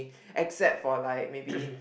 except for like maybe